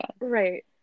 right